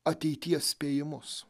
ateities spėjimus